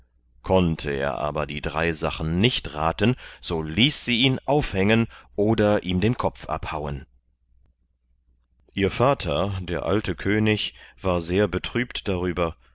konnte er aber die drei sachen nicht raten so ließ sie ihn aufhängen oder ihm den kopf abhauen ihr vater der alte könig war sehr betrübt darüber